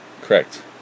Correct